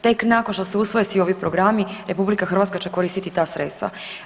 Tek nakon što se usvoje svi ovi programi RH će koristiti ta sredstva.